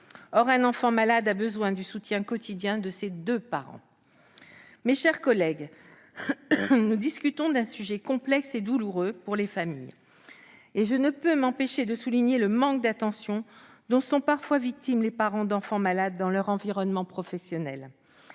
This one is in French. Or un enfant malade a besoin du soutien quotidien de ses deux parents. Mes chers collègues, nous discutons d'un sujet complexe et douloureux pour les familles. Je ne peux m'empêcher de souligner le manque d'attention dont sont parfois victimes les parents d'enfants malades dans leur environnement professionnel.